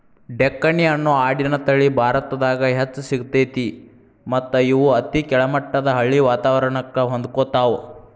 ಡೆಕ್ಕನಿ ಅನ್ನೋ ಆಡಿನ ತಳಿ ಭಾರತದಾಗ್ ಹೆಚ್ಚ್ ಸಿಗ್ತೇತಿ ಮತ್ತ್ ಇವು ಅತಿ ಕೆಳಮಟ್ಟದ ಹಳ್ಳಿ ವಾತವರಣಕ್ಕ ಹೊಂದ್ಕೊತಾವ